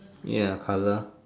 ya colour